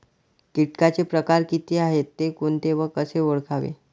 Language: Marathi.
किटकांचे प्रकार किती आहेत, ते कोणते व कसे ओळखावे?